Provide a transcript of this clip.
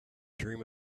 dream